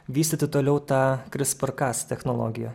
vystyti toliau tą krispr ka technologiją